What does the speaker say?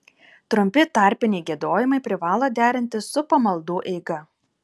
trumpi tarpiniai giedojimai privalo derintis su pamaldų eiga